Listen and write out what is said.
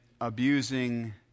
abusing